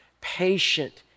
patient